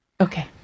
Okay